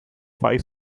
five